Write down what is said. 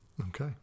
Okay